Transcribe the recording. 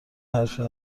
حرفی